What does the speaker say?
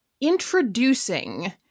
introducing